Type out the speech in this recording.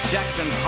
Jackson